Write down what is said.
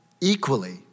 equally